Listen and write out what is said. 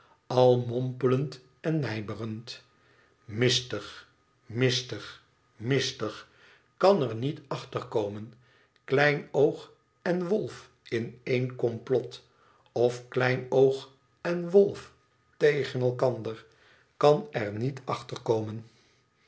al mompelend en mijmerend mistig mistig mistig kan er niet achterkomen klemooe en wolf in één komplot of kleinoog en wolf tegen elkander kan er niet achter